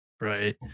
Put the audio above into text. Right